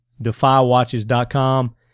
defywatches.com